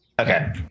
Okay